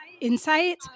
insight